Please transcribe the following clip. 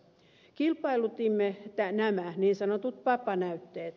kilpailutimme nämä niin sanotut papanäytteet